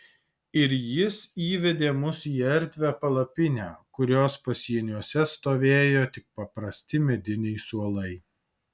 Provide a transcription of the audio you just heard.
ir jis įvedė mus į erdvią palapinę kurios pasieniuose stovėjo tik paprasti mediniai suolai